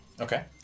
Okay